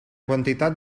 quantitat